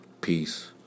peace